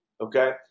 Okay